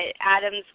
Adam's